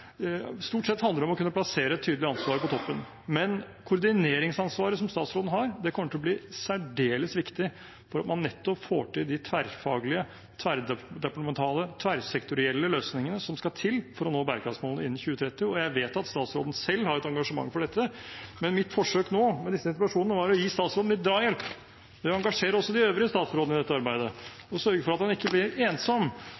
Stort sett handler det om å kunne plassere tydelig ansvar på toppen. Men koordineringsansvaret som statsråden har, kommer til å bli særdeles viktig for at man får til nettopp de tverrfaglige, tverrdepartementale, tverrsektorielle løsningene som skal til for å nå bærekraftsmålene innen 2030. Jeg vet at statsråden selv har et engasjement for dette, men mitt forsøk nå med denne interpellasjonen handlet om å gi statsråden litt drahjelp til også å engasjere de øvrige statsrådene i dette